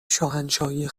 شاهنشاهی